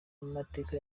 mateka